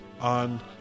on